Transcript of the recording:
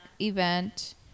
event